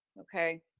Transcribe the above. Okay